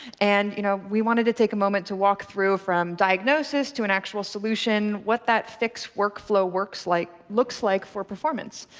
and you know we wanted to take a moment to walk through from diagnosis to an actual solution, what that fix workflow like looks like for performance.